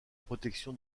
protection